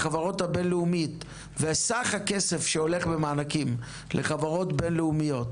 סך הכסף שהולך במענקים לחברות בינלאומיות